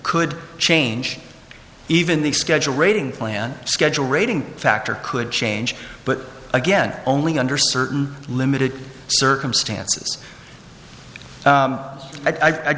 could change even the schedule rating plan schedule rating factor could change but again only under certain limited circumstances